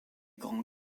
grands